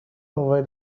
over